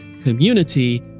Community